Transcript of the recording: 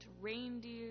reindeer